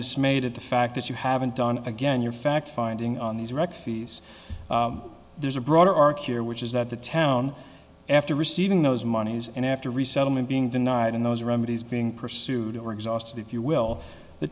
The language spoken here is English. dismayed at the fact that you haven't done again your fact finding on these wrecked fees there's a broader arc you're which is that the town after receiving those monies and after resettlement being denied in those remedies being pursued or exhausted if you will the